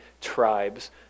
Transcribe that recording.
tribes